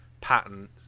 pattern